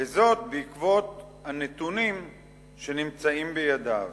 וזאת בעקבות הנתונים שנמצאים בידיו.